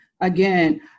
Again